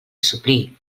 suplir